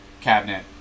cabinet